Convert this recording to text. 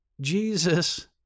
Jesus